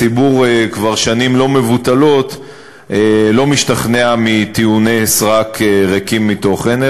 הציבור כבר שנים לא מבוטלות לא משתכנע מטיעוני סרק ריקים מתוכן,